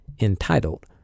entitled